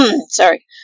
sorry